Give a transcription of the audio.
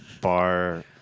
bar